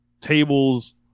Tables